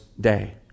day